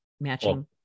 matching